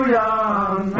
young